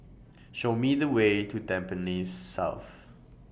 Show Me The Way to Tampines South